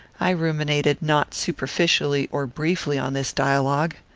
i ruminated not superficially or briefly on this dialogue.